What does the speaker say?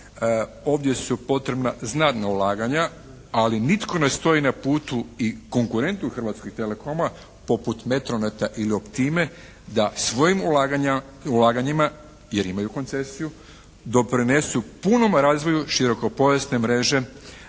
ovdje su potrebna znatna ulaganja, ali nitko ne stoji na putu i konkuretntu Hrvatskog telecoma poput Metrometa ili Optime da svojim ulaganjima jer imaju koncesiju doprinesu punom razvoju širokopojasne mreže